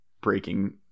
breaking